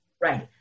Right